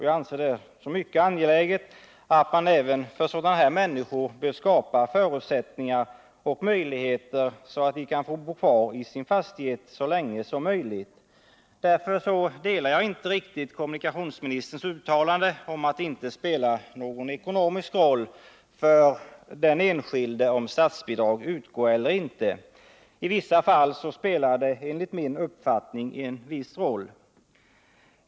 Jag anser det som mycket angeläget att man även för sådana människor bör skapa förutsättningar och möjligheter att bo kvar i sina fastigheter så länge som möjligt. Därför delar jag inte riktigt kommunikationsministerns uppfattning att det inte spelar någon roll ekonomiskt sett för den enskilde om saatsbidrag utgår eller inte. Enligt min uppfattning har det betydelse i vissa fall.